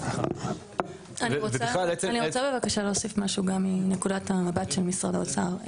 אני רוצה גם להוסיף משהו מנקודת המבט של משרד האוצר.